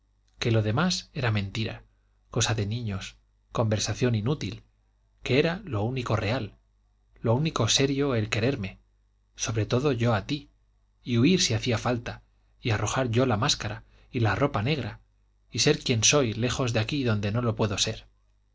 que lo demás era mentira cosa de niños conversación inútil que era lo único real lo único serio el quererme sobre todo yo a ti y huir si hacía falta y arrojar yo la máscara y la ropa negra y ser quien soy lejos de aquí donde no lo puedo ser